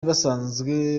basanzwe